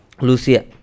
Lucia